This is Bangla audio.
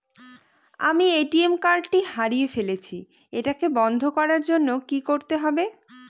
আমি এ.টি.এম কার্ড টি হারিয়ে ফেলেছি এটাকে বন্ধ করার জন্য কি করতে হবে?